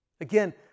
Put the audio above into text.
Again